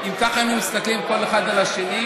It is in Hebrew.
אם ככה היינו מסתכלים אחד על השני,